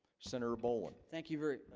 senator boland, thank you very.